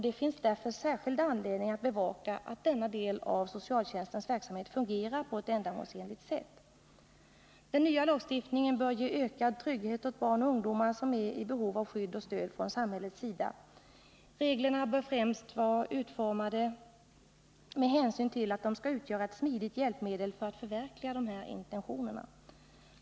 Det finns därför särskild anledning att bevaka att denna del av socialtjänstens verksamhet fungerar på ett ändamålsenligt sätt. Den nya lagstiftningen bör ge ökad trygghet åt barn och ungdomar som är i behov av skydd och stöd från samhällets sida. Reglerna bör främst vara utformade med hänsyn till att de skall kunna utgöra ett smidigt hjälpmedel för att förverkliga dessa intentioner.